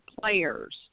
players